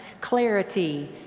clarity